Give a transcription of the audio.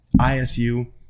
ISU